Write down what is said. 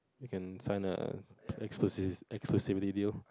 you can sign a exclusive exclusivity deal